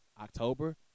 October